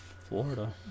Florida